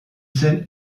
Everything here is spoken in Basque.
zen